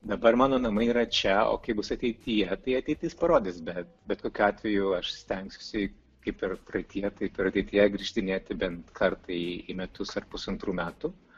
dabar mano namai yra čia o kaip bus ateityje tai ateitis parodys bet bet kokiu atveju aš stengsiuosi kaip ir praeityje taip ir ateityjegrįžinėti bent kartą į metus ar pusantrų metų